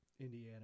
Indiana